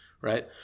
Right